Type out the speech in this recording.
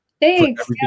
Thanks